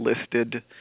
listed